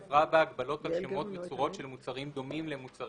"הגבלות על שמות וצורות של מוצרים דומים למוצר